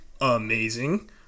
amazing